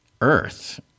earth